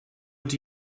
not